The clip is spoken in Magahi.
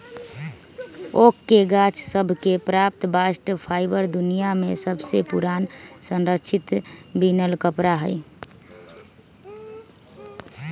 ओक के गाछ सभ से प्राप्त बास्ट फाइबर दुनिया में सबसे पुरान संरक्षित बिनल कपड़ा हइ